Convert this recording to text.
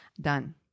Done